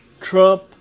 Trump